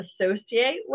associate